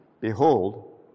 Behold